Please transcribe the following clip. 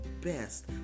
best